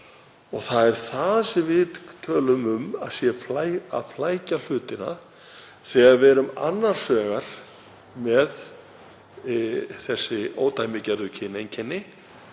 Það er það sem við tölum um að flæki hlutina, þegar við erum annars vegar með þessi ódæmigerðu kyneinkenni,